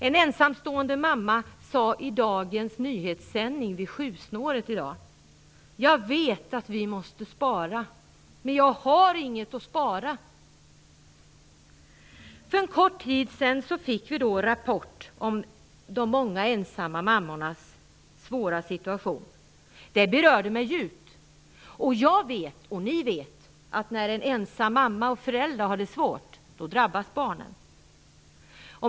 En ensamstående mamma sade i en nyhetssändning vid 7-snåret i dag: Jag vet att vi måste spara, men jag har inget att spara! För en kort tid sedan fick vi en rapport om de många ensamma mammornas svåra situation. Den berörde mig djupt. Jag vet, och ni vet, att när en ensam mamma och förälder har det svårt drabbas barnen.